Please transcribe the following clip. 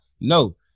No